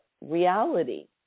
reality